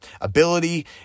ability